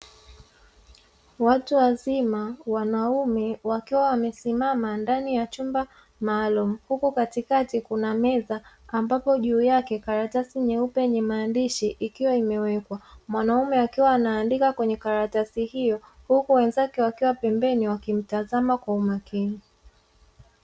Watu wazima wanaume wakiwa wamesimama ndani ya chumba maalumu huku katikati kuna meza ambapo juu yake karatasi nyeupe yenye maandishi ikiwa imewekwa, mwanaume akiwa anaandika kwenye karatasi hiyo huku wenzake wakiwa pembeni wakimtazama kwa umakini.